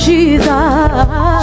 Jesus